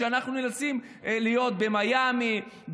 כשאנחנו נאלצים להיות במיאמי,